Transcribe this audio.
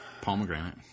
Pomegranate